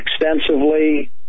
extensively